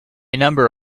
number